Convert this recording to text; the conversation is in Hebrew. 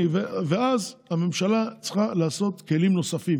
אז הממשלה צריכה לעשות כלים נוספים.